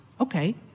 Okay